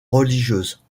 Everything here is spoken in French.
religieuse